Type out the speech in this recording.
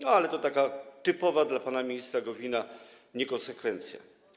No ale to taka typowa dla pana ministra Gowina niekonsekwencja.